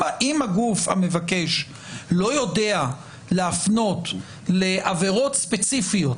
אם הגוף המבקש לא יודע להפנות לעבירות ספציפיות